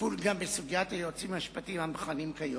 טיפול גם בסוגיית היועצים המשפטיים המכהנים היום.